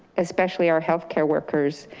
especially our healthcare workers,